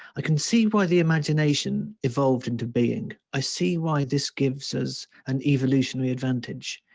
ah can see why the imagination evolved into being. i see why this gives us an evolutionary advantage.